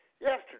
yesterday